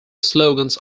slogans